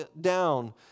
down